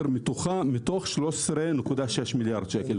מתוך 13.6 מיליארד שקל.